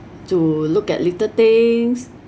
to look at little things